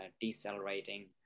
decelerating